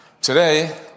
today